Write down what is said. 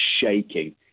shaking